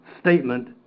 statement